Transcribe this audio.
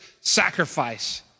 sacrifice